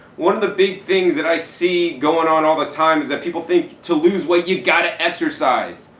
one of the big things that i see going on all the time is that people think to lose weight you've got to exercise.